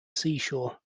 seashore